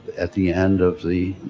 at the end of the